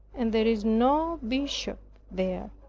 and there is no bishop there.